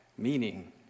meaning